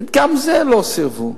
גם לו סירבו.